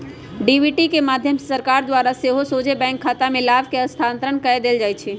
DBT के माध्यम से सरकार द्वारा सेहो सोझे बैंक खतामें लाभ के स्थानान्तरण कऽ देल जाइ छै